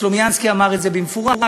סלומינסקי אמר את זה במפורש,